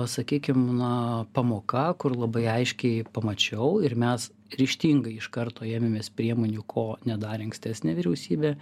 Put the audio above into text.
sakykim na pamoka kur labai aiškiai pamačiau ir mes ryžtingai iš karto ėmėmės priemonių ko nedarė ankstesnė vyriausybė